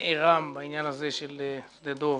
שנערם בעניין הזה של שדה דב,